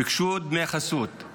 ביקשו דמי חסות,